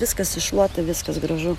viskas iššluota viskas gražu